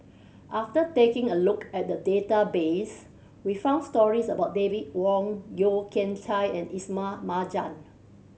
after taking a look at the database we found stories about David Wong Yeo Kian Chye and Ismail Marjan